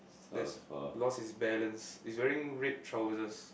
that has lost his balance he's wearing red trousers